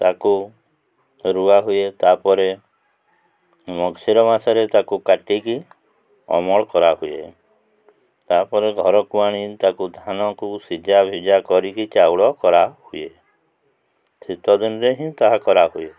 ତାକୁ ରୁଆ ହୁଏ ତା'ପରେ ମଗୁଶିର ମାସରେ ତାକୁ କାଟିକି ଅମଳ କରା ହୁଏ ତା'ପରେ ଘରକୁ ଆଣି ତାକୁ ଧାନକୁ ସିଝା ଭିଜା କରିକି ଚାଉଳ କରା ହୁଏ ଶୀତ ଦିନରେ ହିଁ ତାହା କରା ହୁଏ